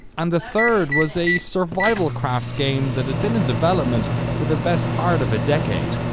and the third was a survivalcraft game that had been in development for the best part of a decade.